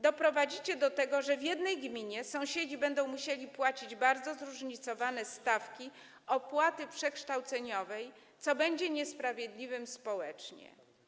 Doprowadzicie do tego, że w jednej gminie sąsiedzi będą musieli płacić bardzo zróżnicowane stawki opłaty przekształceniowej, co będzie niesprawiedliwe społecznie.